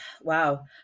wow